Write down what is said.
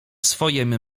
swojem